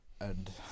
and-